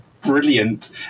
Brilliant